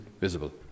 visible